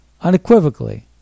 unequivocally